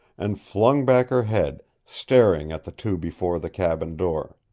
and flung back her head, staring at the two before the cabin door.